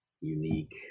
unique